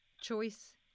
choice